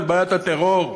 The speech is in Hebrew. את בעיית הטרור,